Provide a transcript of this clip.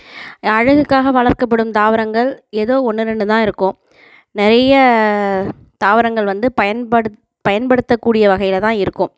ஏன் அழகுக்காக வளர்க்கப்படும் தாவரங்கள் ஏதோ ஒன்று ரெண்டு தான் இருக்கும் நிறைய தாவரங்கள் வந்து பயன்படுத் பயன்படுத்தக்கூடிய வகையில் தான் இருக்கும்